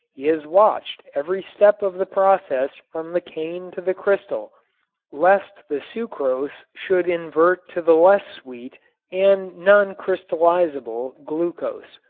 he has watched every step of the process from the cane to the crystal lest the sucrose should invert to the less sweet and non-crystallizable glucose.